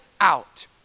out